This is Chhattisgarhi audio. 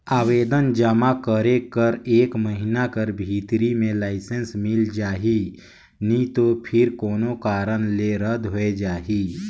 आवेदन जमा करे कर एक महिना कर भीतरी में लाइसेंस मिल जाही नी तो फेर कोनो कारन ले रद होए जाही